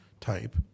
type